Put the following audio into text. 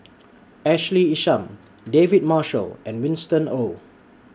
Ashley Isham David Marshall and Winston Oh